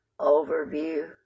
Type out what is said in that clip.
Overview